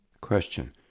Question